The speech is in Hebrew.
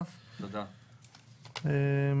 עד